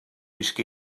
risc